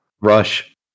Rush